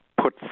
put